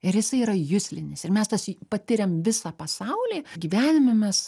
ir jisai yra juslinis ir mes tas patiriam visą pasaulį gyvenime mes